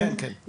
כן?